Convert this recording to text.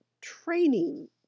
training